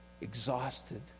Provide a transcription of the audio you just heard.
exhausted